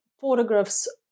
photographs